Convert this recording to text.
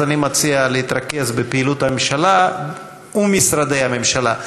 אני מציע להתרכז בפעילות הממשלה ומשרדי הממשלה.